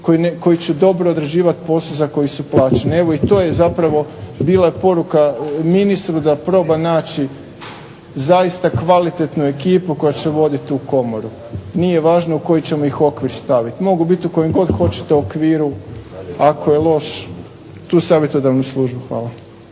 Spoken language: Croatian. koji će dobro odrađivati posao za koji su plaćeni. Evo i to je zapravo bila poruka ministru da proba naći zaista kvalitetnu ekipu koja će voditi tu Komoru. Nije važno u koji ćemo ih okvir staviti. Mogu biti u kojem god hoćete okviru ako je loš, tu savjetodavnu službu. Hvala.